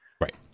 Right